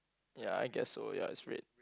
ya I guess so ya it's red